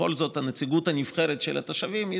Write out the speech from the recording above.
בכל זאת הנציגות הנבחרת של התושבים היא